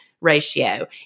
ratio